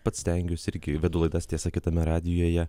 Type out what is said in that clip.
pats stengiuosi irgi vedu laidas tiesa kitame radijuje